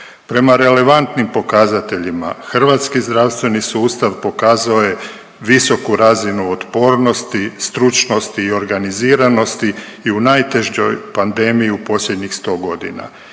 Prema relevantnim pokazateljima, hrvatski zdravstveni sustav pokazao je visoku razinu otpornosti, stručnosti i organiziranosti i u najtežoj pandemiji u posljednjih 100 godina.